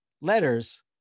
letters